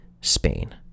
Spain